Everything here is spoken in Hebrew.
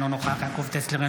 אינו נוכח יעקב טסלר,